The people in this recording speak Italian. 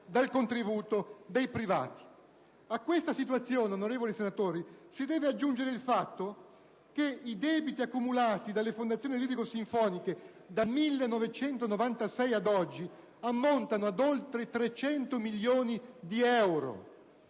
dal contributo dei privati. A questa situazione, onorevoli senatori, deve aggiungersi il fatto che i debiti accumulati dalle fondazioni lirico-sinfoniche dal 1996 ad oggi ammontano ad oltre 300 milioni di euro.